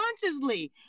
consciously